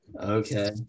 Okay